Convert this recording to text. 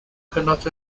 cannot